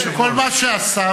כל מה שעשה,